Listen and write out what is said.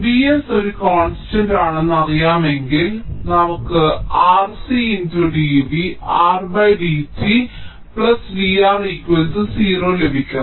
Vs ഒരു constant ആണെന്ന് അറിയാമെങ്കിൽ നമുക്ക് R C × d v R d t V R 0 ലഭിക്കും